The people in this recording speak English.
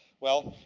well,